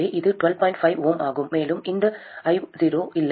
5 Ω ஆகும் மேலும் இந்த I0 இல்லை